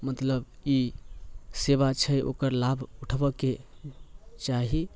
मतलब ई सेवा छै ओकर लाभ उठबयके चाही